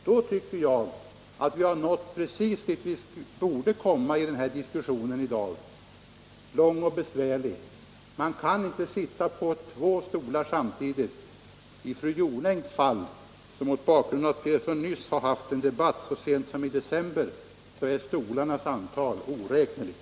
Då tycker jag att vi har nått precis dit vi borde komma i den här diskussionen i dag, som har varit lång och besvärlig, nämligen till slutsatsen att man inte kan sitta på två stolar samtidigt. I fru Jonängs fall och mot bakgrund av att hon har fört en debatt i frågan så sent som i december förra året är stolarnas antal oräkneligt.